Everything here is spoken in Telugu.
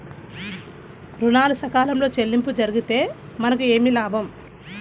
ఋణాలు సకాలంలో చెల్లింపు జరిగితే మనకు ఏమి లాభం?